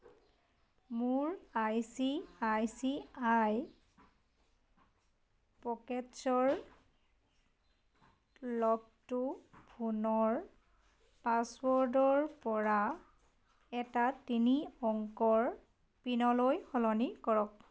মোৰ I C I C I পকেটছ্ৰ লকটো ফোনৰ পাছৱৰ্ডৰপৰা এটা তিনি অংকৰ পিনলৈ সলনি কৰক